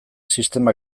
sistema